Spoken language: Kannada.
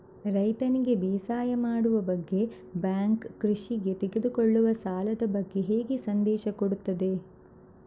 ರೈತನಿಗೆ ಬೇಸಾಯ ಮಾಡುವ ಬಗ್ಗೆ ಬ್ಯಾಂಕ್ ಕೃಷಿಗೆ ತೆಗೆದುಕೊಳ್ಳುವ ಸಾಲದ ಬಗ್ಗೆ ಹೇಗೆ ಸಂದೇಶ ಕೊಡುತ್ತದೆ?